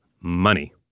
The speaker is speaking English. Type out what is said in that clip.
money